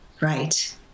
Right